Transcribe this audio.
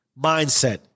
mindset